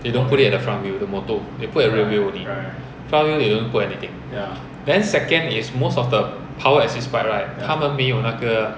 they don't put it at the front wheel the motor they put at the rear wheel only front wheel they don't put anything then second is most of the power assist bike right 他们没有那个